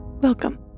welcome